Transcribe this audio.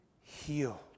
healed